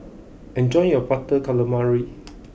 enjoy your butter calamari